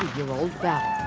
year old battle.